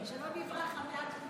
ארבע דקות לכל דובר.